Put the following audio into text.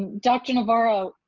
dr. navarro,